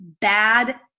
bad